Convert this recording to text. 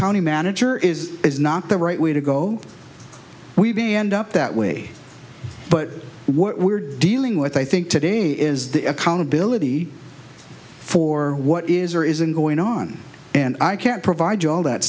county manager is is not the right way to go we be end up that way but what we're dealing with i think today is the accountability for what is or isn't going on and i can't provide all that